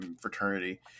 fraternity